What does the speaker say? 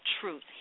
truth